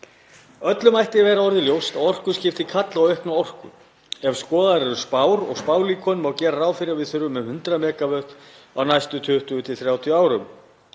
Öllum ætti að vera orðið ljóst að orkuskipti kalla á aukna orku. Ef skoðaðar eru spár og spálíkön má gera ráð fyrir að við þurfum um 100 MW á næstu 20–30 árum.